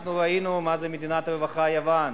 אנחנו ראינו מה זה מדינת רווחה, יוון,